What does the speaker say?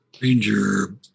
ranger